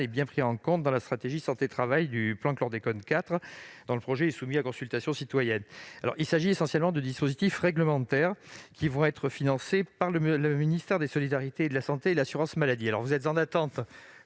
est bien pris en compte dans la stratégie santé-travail du plan Chlordécone IV, dont le projet est soumis à consultation citoyenne. Il s'agit essentiellement de dispositifs réglementaires, qui seront financés par le ministère des solidarités et de la santé et l'assurance maladie.